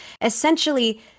essentially